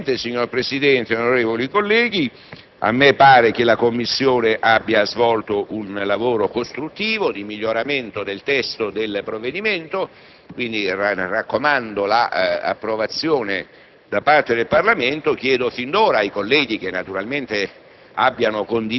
Sostanzialmente, signor Presidente, onorevoli colleghi, a me pare che la Commissione abbia svolto un lavoro costruttivo, di miglioramento del testo del provvedimento, quindi ne raccomando l'approvazione da parte del Parlamento. Chiedo fin d'ora ai colleghi, naturalmente